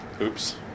Oops